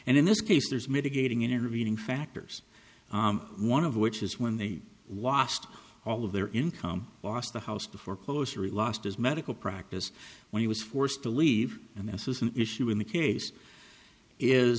and in this case there's mitigating intervening factors one of which is when they washed all of their income lost the house to foreclosure he lost his medical practice when he was forced to leave and this is an issue in the case is